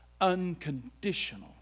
unconditional